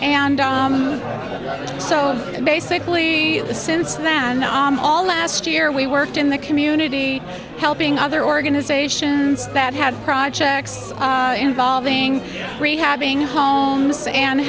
and so basically since then all last year we worked in the community helping other organizations that had projects involving rehabbing homes and